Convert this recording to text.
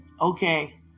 Okay